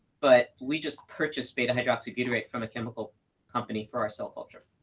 but we just purchased beta-hydroxybutyrate from a chemical company for our cell culturing.